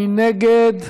מי נגד?